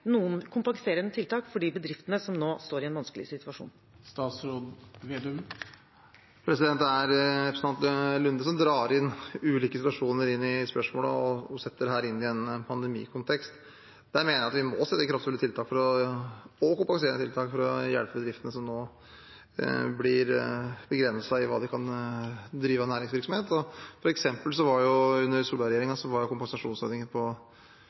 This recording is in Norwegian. noen kompenserende tiltak for de bedriftene som nå står i en vanskelig situasjon? Det er representanten Nordby Lunde som drar ulike situasjoner inn i spørsmålet og setter dette inn i en pandemikontekst. Jeg mener at vi må sette inn kraftfulle og kompenserende tiltak for å hjelpe bedriftene som nå blir begrenset i hva de kan drive av næringsvirksomhet. For eksempel var kompensasjonsordningen under